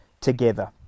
together